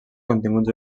continguts